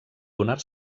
donar